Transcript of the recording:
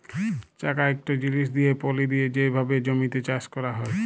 চাকা ইকট জিলিস দিঁয়ে পলি দিঁয়ে যে ভাবে জমিতে চাষ ক্যরা হয়